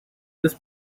this